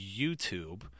YouTube